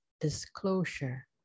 Disclosure